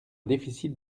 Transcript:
déficit